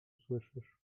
usłyszysz